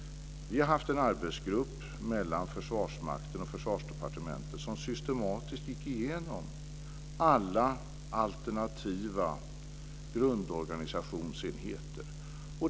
Vi har haft en arbetsgrupp mellan Försvarsmakten och Försvarsdepartementet som systematiskt gick igenom alla alternativa grundorganisationsenheter.